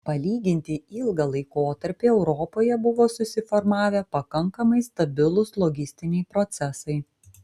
palyginti ilgą laikotarpį europoje buvo susiformavę pakankamai stabilūs logistiniai procesai